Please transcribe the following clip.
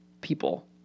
people